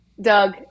Doug